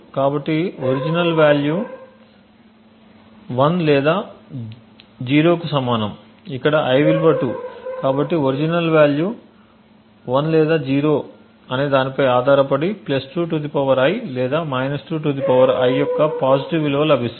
కాబట్టి original value 1 లేదా 0 అనేదానిపై ఆధారపడి 2 I లేదా 2 I యొక్క పాజిటివ్ విలువ లభిస్తుంది